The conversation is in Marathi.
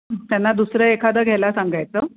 त्यांना दुसरं एखादं घ्यायला सांगायचं